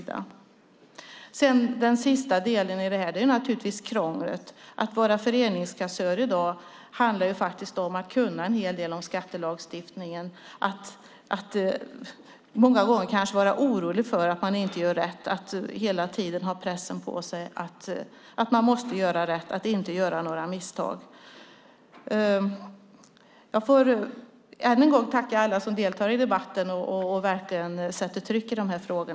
Den sista delen i detta är krånglet. Att vara föreningskassör i dag handlar faktiskt om att kunna en hel del om skattelagstiftningen, att många gånger kanske vara orolig för att man inte gör rätt och att hela tiden ha pressen på sig att man måste göra rätt och inte göra några misstag. Jag tackar än en gång alla som deltar i debatten och verkligen sätter tryck på dessa frågor.